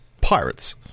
Pirates